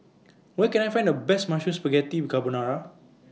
Where Can I Find The Best Mushroom Spaghetti Carbonara